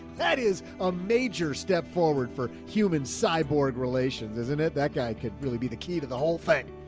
that is a major step forward for human cybord relations, isn't it? that guy could really be the key to the whole thing.